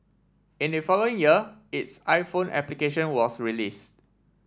in the following year its iPhone application was released